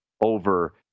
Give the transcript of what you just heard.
over